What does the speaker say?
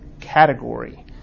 category